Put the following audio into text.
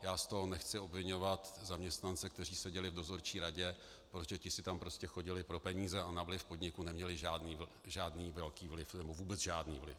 Já z toho nechci obviňovat zaměstnance, kteří seděli v dozorčí radě, protože ti si tam prostě chodili pro peníze a na vliv podniku neměli žádný velký vliv, nebo vůbec žádný vliv.